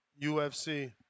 UFC